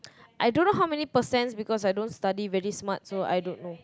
I don't know how many percent because I don't study very smart so I don't know